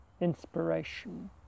inspiration